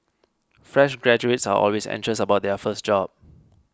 fresh graduates are always anxious about their first job